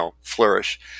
flourish